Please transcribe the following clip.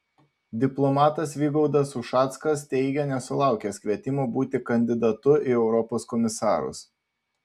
diplomatas vygaudas ušackas teigia nesulaukęs kvietimo būti kandidatu į europos komisarus